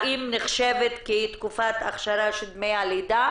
האם היא נחשבת כתקופת הכשרה של דמי הלידה?